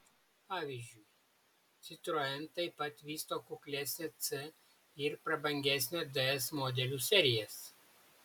pavyzdžiui citroen taip pat vysto kuklesnę c ir prabangesnę ds modelių serijas